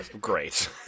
great